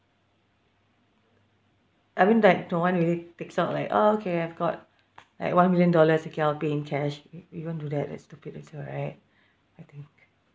I mean like don't want really takes out like ah okay I've got like one million dollars okay I'll pay in cash y~ you don't do that that's stupid also right I think